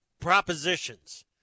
propositions